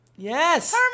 Yes